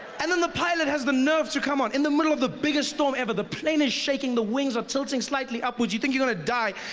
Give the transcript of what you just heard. and then the pilot has the nerve to come on in the middle of the biggest storm ever. the plane is shaking, the wings are tilting slightly upwards. you think you and